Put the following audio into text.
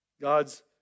God's